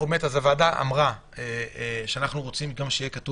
הוועדה אמרה שאנחנו רוצים שיהיה כתוב